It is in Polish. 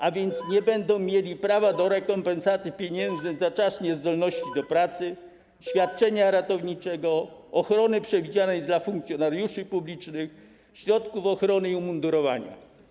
A więc nie będą mieli prawa do rekompensaty pieniężnej za czas niezdolności do pracy, świadczenia ratowniczego, ochrony przewidzianej dla funkcjonariuszy publicznych, środków ochrony i umundurowania.